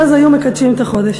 ואז היו מקדשים את החודש.